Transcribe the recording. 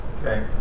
Okay